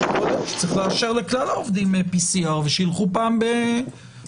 יכול להיות שצריך לאשר לכלל העובדים PCR ושילכו פעם בשבוע.